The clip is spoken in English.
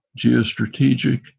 geostrategic